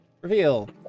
Reveal